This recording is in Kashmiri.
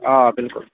آ بِلکُل